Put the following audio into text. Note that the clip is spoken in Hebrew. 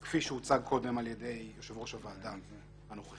כפי שהוצג קודם על ידי יושב-ראש הוועדה הנוכחי.